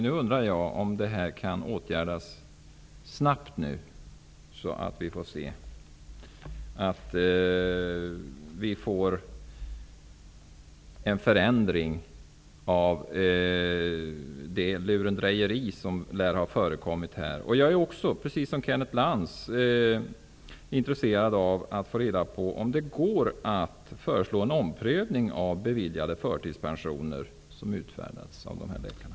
Precis som Kenneth Lantz är jag intresserad av att få veta om det går att göra en omprövning av förtidspensioner, som har beviljats med stöd av läkarintyg utfärdade av de aktuella läkarna.